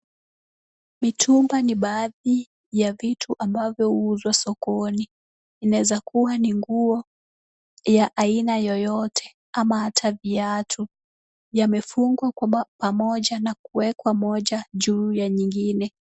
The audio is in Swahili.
Mitumba ni baadhi ya vitu ambavyo huuzwa sokoni. Inawezakua ni nguo ya aina yoyote ama hata viatu yamefungwa pamoja na kuwekwa moja juu ya nyingine.